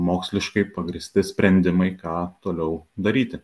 moksliškai pagrįsti sprendimai ką toliau daryti